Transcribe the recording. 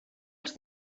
els